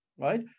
right